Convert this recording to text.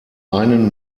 einen